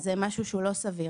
הוא משהו שהוא לא סביר.